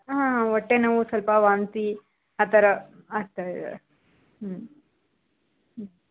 ಹಾಂ ಹೊಟ್ಟೆ ನೋವು ಸಲ್ಪ ವಾಂತಿ ಆ ಥರ ಆಗ್ತಾಯಿದೆ ಹ್ಞೂ ಹ್ಞೂ